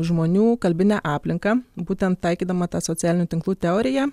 žmonių kalbinę aplinką būtent taikydama tą socialinių tinklų teoriją